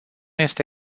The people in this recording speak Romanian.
este